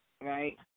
right